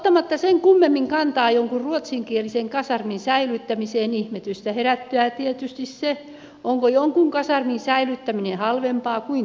ottamatta sen kummemmin kantaa jonkun ruotsinkielisen kasarmin säilyttämiseen ihmetystä herättää tietysti se onko jonkun kasarmin säilyttäminen halvempaa kuin toisen